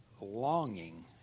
longing